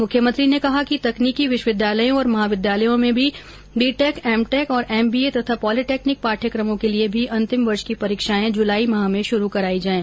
मुख्यमंत्री ने कहा कि तकनीकी विश्वविद्यालयों और महाविद्यालयों में भी बीटेक एमटेक और एमबीए तथा पॉलिटेक्नीक पाठ्यक्रमों के लिए भी अन्तिम वर्ष की परीक्षाएं जुलाई माह में शुरू कराई जाएं